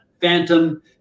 phantom